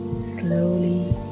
Slowly